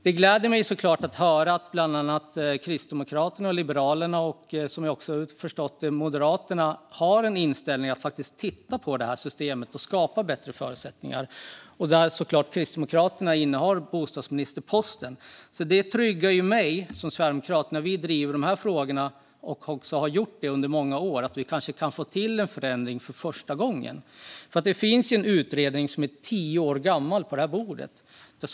Det gläder mig att höra att bland annat Kristdemokraterna, Liberalerna och som jag förstått det också Moderaterna har inställningen att titta på systemet och skapa bättre förutsättningar, och Kristdemokraterna innehar bostadsministerposten. Det gör mig som sverigedemokrat trygg när vi driver de här frågorna, något som vi också har gjort under många år. Vi kanske kan få till en förändring för första gången. Det finns en utredning på bordet som är tio år gammal.